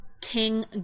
king